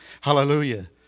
Hallelujah